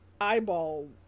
eyeball